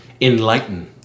enlighten